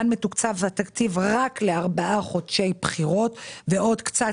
כאן התקציב הוא רק ל-4 חודשי בחירות ועוד קצת,